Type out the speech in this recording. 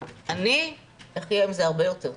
אני אחיה עם זה הרבה יותר טוב.